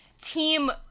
team